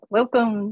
Welcome